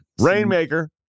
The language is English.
Rainmaker